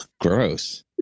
gross